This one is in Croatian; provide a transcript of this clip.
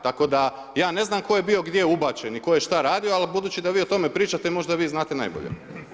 Tako da ja ne znam tko je bio gdje ubačen i tko je šta radio ali budući da vi o tome pričate, možda vi znate najbolje.